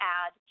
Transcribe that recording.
add